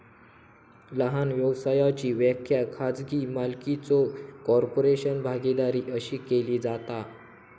लहान व्यवसायाची व्याख्या खाजगी मालकीचो कॉर्पोरेशन, भागीदारी अशी केली जाता